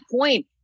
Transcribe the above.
point